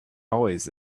always